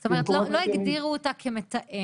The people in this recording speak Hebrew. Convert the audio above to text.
זאת אומרת לא הגדירו אותה כמתאמת,